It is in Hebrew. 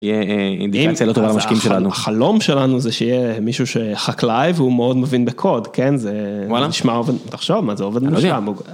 יהיה אינדיקציה לא טובה למשקיעים שלנו, חלום שלנו זה שיהיה מישהו שחקלאי והוא מאוד מבין בקוד כן זה, וואלה? נשמע עובד.